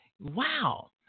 Wow